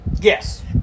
Yes